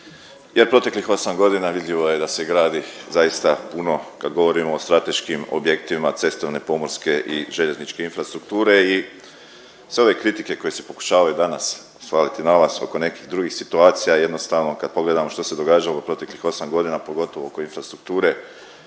jer proteklih osam godina vidljivo je da se gradi zaista puno kad govorimo o strateškim objektima cestovne, pomorske i željezničke infrastrukture. I sve ove kritike koje se pokušavaju danas svaliti na vas oko nekih drugih situacija, jednostavno kad pogledamo što se događalo proteklih 8 godina pogotovo oko infrastrukture